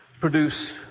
produce